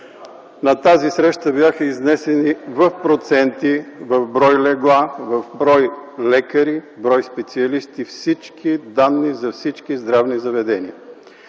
На тази среща бяха изнесени в проценти, в брой легла, в брой лекари, брой специалисти всички данни за всички здравни заведения.